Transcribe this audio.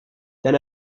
then